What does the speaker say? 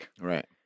Right